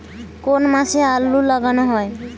কোন মাসে আলু লাগানো হয়?